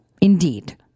Indeed